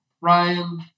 Ryan